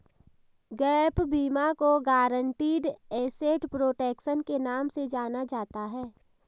gap बीमा को guaranteed asset protection के नाम से जाना जाता है